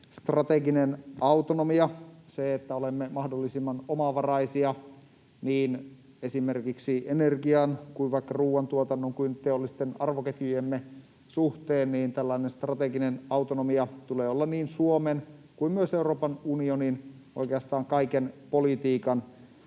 strategisen autonomian, sen, että olemme mahdollisimman omavaraisia niin esimerkiksi energian kuin vaikka ruoantuotannon kuin teollisten arvoketjujemme suhteen, tulee olla niin Suomen kuin myös Euroopan unionin oikeastaan kaiken politiikan